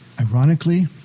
Ironically